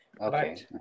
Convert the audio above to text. okay